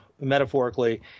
metaphorically